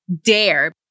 Dare